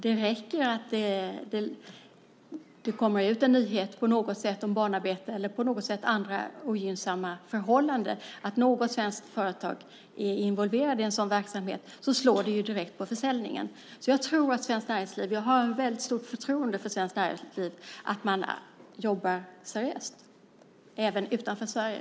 Det räcker med en nyhet om att något svenskt företag är involverat i en verksamhet med barnarbete eller andra ogynnsamma förhållanden så slår det direkt på försäljningen. Jag har stort förtroende för att svenskt näringsliv jobbar seriöst även utanför Sverige.